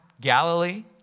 Galilee